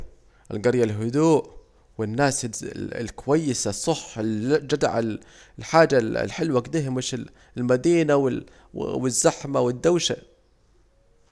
الجرية يا واد عمي، الهدوء والناس الكويسة الصح الجدعة الحاجة الحلوة اكده مش المدينة الزحمة والدوشة